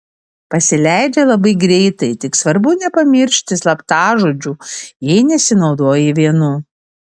pasileidžia labai greitai tik svarbu nepamiršti slaptažodžių jei nesinaudoji vienu